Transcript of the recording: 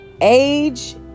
age